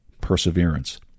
perseverance